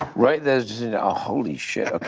right ah, holy shit, okay.